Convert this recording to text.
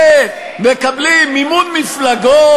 מקבלים מימון מפלגות,